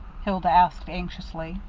hilda asked anxiously.